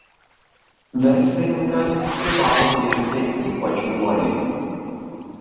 verslininkas privalo dirbti ypač uoliai